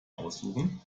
aussuchen